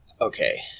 Okay